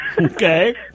Okay